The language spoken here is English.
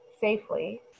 safely